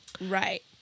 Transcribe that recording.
Right